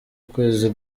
ukwezi